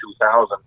2000